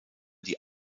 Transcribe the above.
die